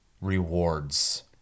rewards